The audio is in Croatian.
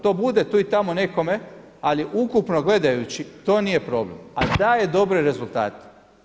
To bude tu i tamo nekome, ali ukupno gledajući to nije problem, a daje dobre rezultate.